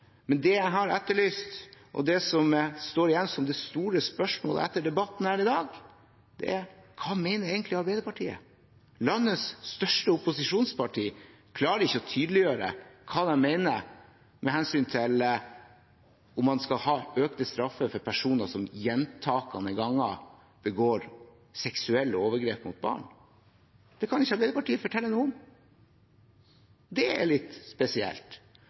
men at det er en uenighet. Det jeg har etterlyst, og som står igjen som det store spørsmålet etter debatten her i dag, er: Hva mener egentlig Arbeiderpartiet? Landets største opposisjonsparti klarer ikke å tydeliggjøre hva de mener med hensyn til om man skal ha økte straffer for personer som gjentatte ganger begår seksuelle overgrep mot barn. Det kan ikke Arbeiderpartiet fortelle noe om. Det er litt spesielt.